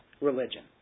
religion